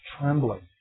trembling